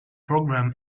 program